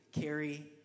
carry